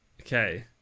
okay